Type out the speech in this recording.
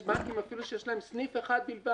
בארצות הברית יש בנקים שיש להם סניף אחד בלבד,